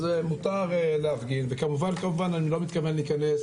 אז מותר להפגין וכמובן אני לא מתכוון להיכנס